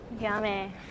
Yummy